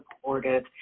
supportive